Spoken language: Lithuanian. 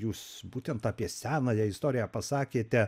jūs būtent apie senąją istoriją pasakėte